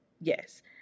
Yes